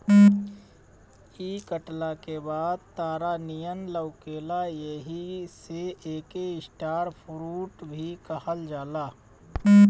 इ कटला के बाद तारा नियन लउकेला एही से एके स्टार फ्रूट भी कहल जाला